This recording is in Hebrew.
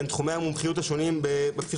בין תחומי המומחיות השונים בפסיכולוגיה,